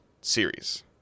series